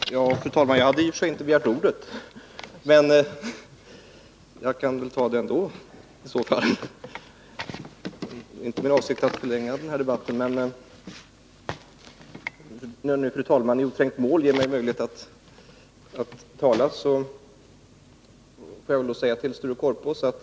Nr 53 Fru talman! Jag har faktiskt inte begärt ordet, men när jag nu ändå fått det Onsdagen den kan jag ju ta det. När fru talmannen i oträngt mål ger mig möjlighet att tala 16 december 1981 kan jag säga några ord till Sture Korpås.